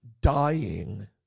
dying